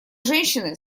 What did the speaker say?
женщины